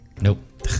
Nope